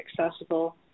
accessible